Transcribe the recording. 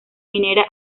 minera